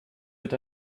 wird